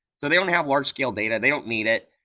so they only have large scale data. they don't need it,